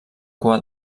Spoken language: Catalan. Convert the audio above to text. cua